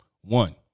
One